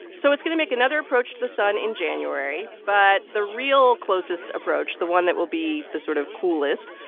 so it's going to make another approach to the sun in january. but the real closest approach, the one that will be the sort of coolest,